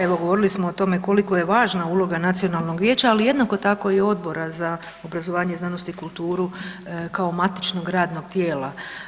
Evo govorili smo o tome koliko je važna uloga nacionalnog vijeća, ali jednako tako i Odbora za obrazovanje, znanost i kulturu kao matičnog radnog tijela.